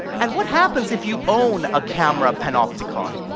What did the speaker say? and what happens if you own a camera panopticon?